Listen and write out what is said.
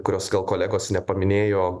kurios gal kolegos nepaminėjo